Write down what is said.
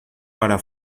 para